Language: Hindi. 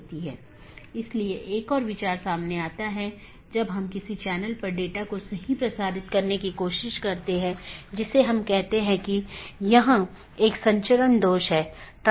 हमारे पास EBGP बाहरी BGP है जो कि ASes के बीच संचार करने के लिए इस्तेमाल करते हैं औरबी दूसरा IBGP जो कि AS के अन्दर संवाद करने के लिए है